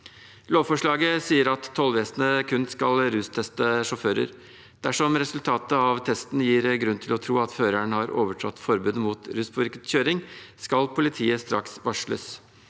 Lovforslaget sier at tollvesenet kun skal rusteste sjåfører. Dersom resultatet av testen gir grunn til å tro at føreren har overtrådt forbudet mot ruspåvirket kjøring, skal politiet straks varsles.